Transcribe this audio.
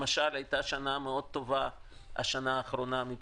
למשל, הייתה שנת גשמים מאוד טובה בשנה האחרונה.